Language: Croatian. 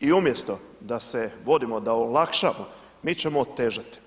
I umjesto da se vodimo, da olakšamo, mi ćemo otežati.